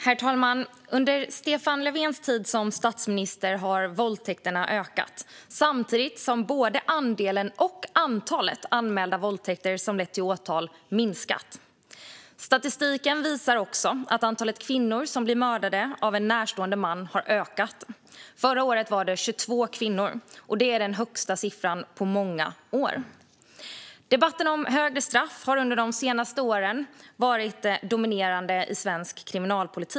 Herr talman! Under Stefan Löfvens tid som statsminister har våldtäkterna ökat, samtidigt som både andelen och antalet anmälda våldtäkter som har lett till åtal minskat. Statistiken visar också att antalet kvinnor som blir mördade av en närstående man har ökat. Förra året var det 22 kvinnor, och det är den högsta siffran på många år. Debatten om högre straff har under de senaste åren varit dominerande i svensk kriminalpolitik.